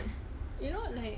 you know like